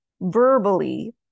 verbally